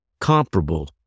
comparable